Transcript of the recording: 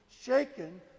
shaken